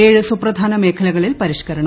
ഏഴ് സുപ്രധാന മേഖലകളിൽ പരിഷ്കരണം